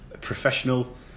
professional